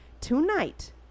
tonight